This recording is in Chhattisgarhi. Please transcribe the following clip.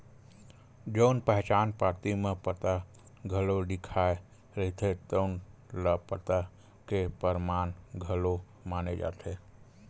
जउन पहचान पाती म पता घलो लिखाए रहिथे तउन ल पता के परमान घलो माने जाथे